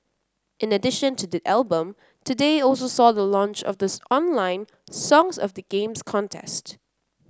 in addition to the album today also saw the launch of this online 'Songs of the Games' contest